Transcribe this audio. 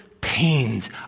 pains